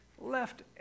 left